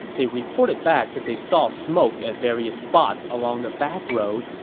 they reported back that they saw smoke at various spots along the backroad,